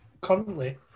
currently